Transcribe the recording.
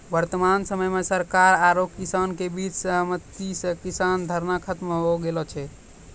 वर्तमान समय मॅ सरकार आरो किसान के बीच सहमति स किसान धरना खत्म होय गेलो छै